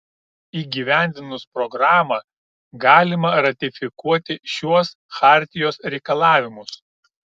įgyvendinus programą galima ratifikuoti šiuos chartijos reikalavimus